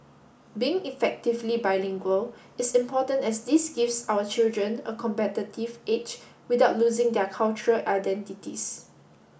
being effectively bilingual is important as this gives our children a competitive edge without losing their cultural identities